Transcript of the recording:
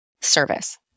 service